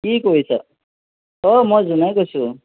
কি কৰিছ অ মই জোনে কৈছোঁ